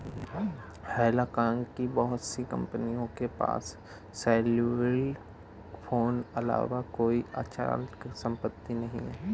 Hong Kong की बहुत सी कंपनियों के पास सेल्युलर फोन अलावा कोई अचल संपत्ति नहीं है